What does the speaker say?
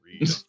read